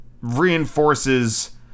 reinforces